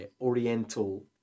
oriental